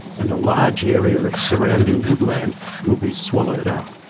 and a large area of surrounding woodland will be swallowed up.